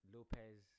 Lopez